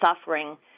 suffering